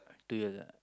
two years ah